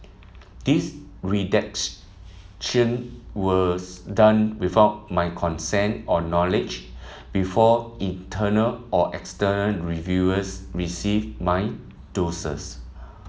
this was done without my consent or knowledge before internal or external reviewers received my dossiers